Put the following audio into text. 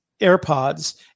AirPods